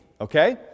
okay